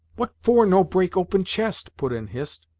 what for no break open chest? put in hist.